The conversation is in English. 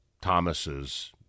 Thomas's